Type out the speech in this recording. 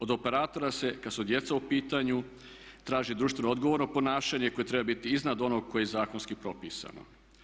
Od operatora se kad su djeca u pitanju traži društveno odgovorno ponašanje koje treba biti iznad onog koje je zakonski propisano.